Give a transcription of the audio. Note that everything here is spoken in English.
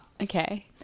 Okay